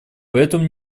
поэтому